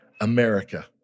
America